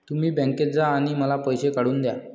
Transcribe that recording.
तुम्ही बँकेत जा आणि मला पैसे काढून दया